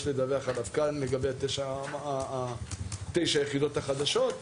לדווח עליו כאן לגבי תשע היחידות החדשות.